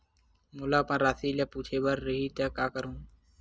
मोला अपन राशि ल पूछे बर रही त का करहूं?